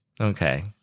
Okay